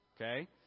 okay